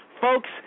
Folks